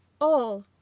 All